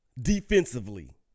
defensively